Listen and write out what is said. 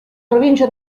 provincia